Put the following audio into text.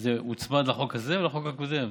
זה מוצמד לחוק הזה או לחוק הקודם?